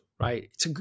right